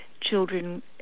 children